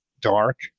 dark